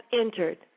entered